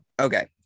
Okay